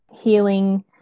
healing